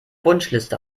wunschliste